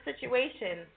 situation